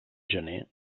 gener